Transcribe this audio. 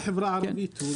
שאלנו לגבי החברה הערבית.